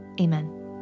Amen